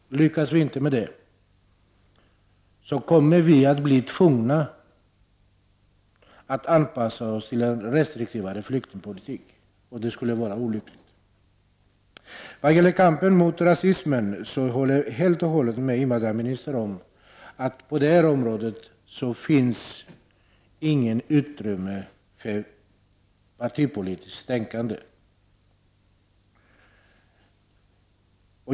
Lyckas vi inte med det kommer vi att bli tvungna att anpassa oss till en restriktivare flyktingpolitik. Det skulle vara olyckligt. Vad gäller kampen mot rasismen håller jag helt med invandrarministern om att det på detta område inte finns något utrymme för partipolitiskt tänkande.